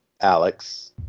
Alex